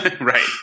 Right